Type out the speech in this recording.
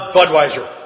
Budweiser